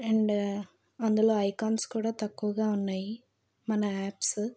and అందులో icons కూడా తక్కువగా ఉన్నాయి మన యాప్స్